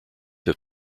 have